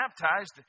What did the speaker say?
baptized